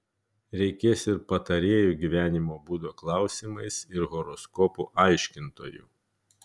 reikės ir patarėjų gyvenimo būdo klausimais ir horoskopų aiškintojų